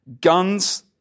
guns